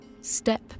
step